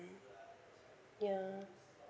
yeah